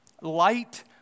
light